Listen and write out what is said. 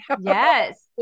Yes